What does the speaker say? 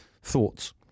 Thoughts